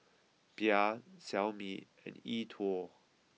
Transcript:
Bia Xiaomi and E Twow